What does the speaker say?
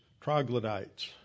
troglodytes